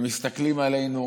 הם מסתכלים עלינו,